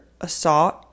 assault